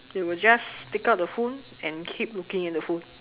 they will just take out the phone and keep looking at the phone